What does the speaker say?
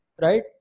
right